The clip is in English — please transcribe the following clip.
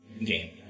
game